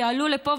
שהם יעלו לפה,